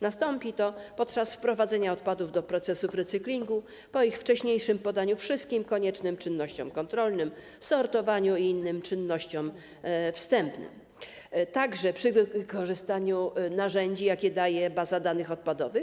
Nastąpi to podczas wprowadzania odpadów do procesów recyklingu, po ich wcześniejszym poddaniu wszystkim koniecznym czynnościom kontrolnym, sortowaniu i innym czynnościom wstępnym, a także przy wykorzystaniu narzędzi, jakie daje baza danych odpadowych.